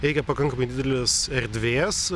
reikia pakankamai didelės erdvės